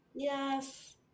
yes